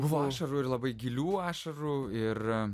buvo ašarų ir labai gilių ašarų ir